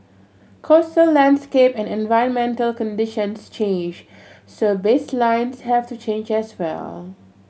coastal landscape and environmental conditions change so baselines have to change as well